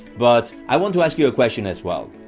but i want to ask you a question as well.